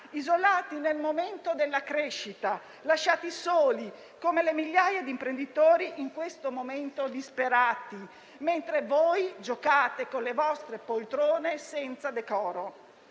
isolati nel momento della crescita e si sono sentiti soli come le migliaia di imprenditori che in questo momento sono disperati, mentre voi giocate con le vostre poltrone senza decoro.